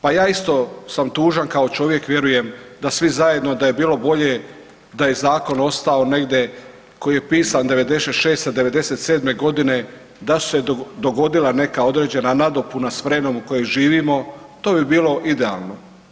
Pa ja isto sam tužan kao čovjek vjerujem da svi zajedno da je bilo bolje, da je zakon ostao negdje koji je pisan '96., '97. godine da su se dogodila neka određena nadopuna s vremenom u kojem živimo to bi bilo idealno.